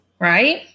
right